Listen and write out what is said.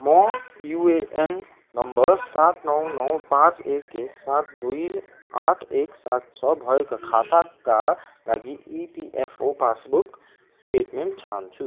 म UAN number सात नौ नौ पाँच एक एक सात दुई आठ एक सात छ भएका खाताका लागि इपिएफओ पासबुक स्टेटमेन्ट छान्छु